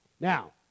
Now